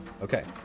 Okay